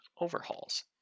overhauls